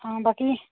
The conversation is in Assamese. অঁ বাকী